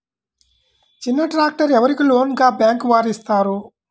చిన్న ట్రాక్టర్ ఎవరికి లోన్గా బ్యాంక్ వారు ఇస్తారు?